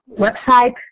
website